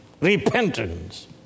repentance